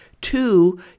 two